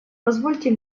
позвольте